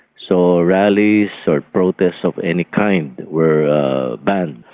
so ah rallies or protests of any kind were banned.